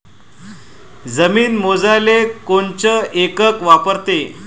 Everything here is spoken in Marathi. जमीन मोजाले कोनचं एकक वापरते?